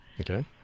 okay